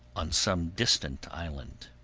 on some distant island.